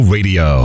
Radio